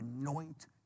anoint